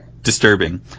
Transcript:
disturbing